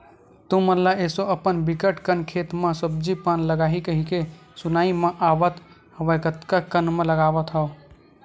तुमन ल एसो अपन बिकट कन खेत म सब्जी पान लगाही कहिके सुनाई म आवत हवय कतका कन म लगावत हव?